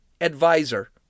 advisor